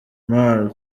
mar